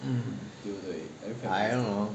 mm I don't know